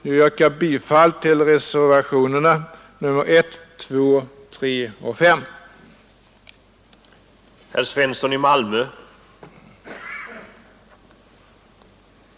Jag yrkar bifall till reservationerna 1, 2, 3 och 5.